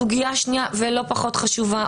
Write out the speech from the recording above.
סוגיה שנייה ולא פחות חשובה,